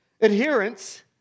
adherence